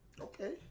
okay